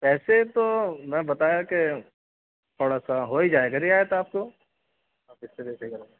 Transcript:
پیسے تو میں بتایا کہ تھوڑا سا ہو ہی جائے رعایت آپ کو